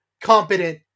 competent